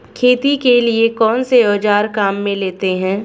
खेती के लिए कौनसे औज़ार काम में लेते हैं?